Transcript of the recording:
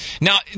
Now